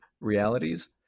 realities